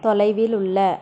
தொலைவில் உள்ள